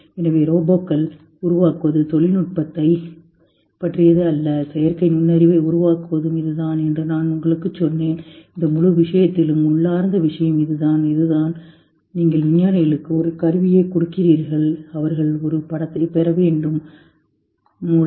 எனவே ரோபோக்களை உருவாக்குவது தொழில்நுட்பத்தைப் பற்றியது அல்ல செயற்கை நுண்ணறிவை உருவாக்குவதும் இதுதான் என்று நான் உங்களுக்குச் சொன்னேன் இந்த முழு விஷயத்திலும் உள்ளார்ந்த விஷயம் இதுதான் இதுதான் நீங்கள் விஞ்ஞானிகளுக்கு ஒரு கருவியைக் கொடுக்கிறீர்கள் அவர்கள் ஒரு படத்தைப் பெற வேண்டும் மூளை